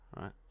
right